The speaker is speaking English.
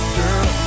girl